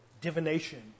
divination